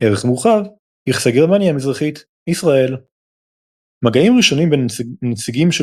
ערך מורחב – יחסי גרמניה המזרחית-ישראל מגעים ראשונים בין נציגים של